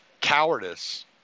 cowardice